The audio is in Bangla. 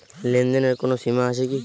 লেনদেনের কোনো সীমা আছে কি?